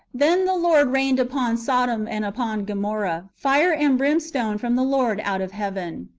then the lord rained upon sodom and upon gomorrah fire and brimstone from the lord out of heaven.